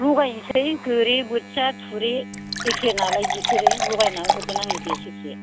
लगायसै गोरि बोथिया थुरि एखे नालाय बिसोरो लगायनानै हरगोन आङो दे सेरसे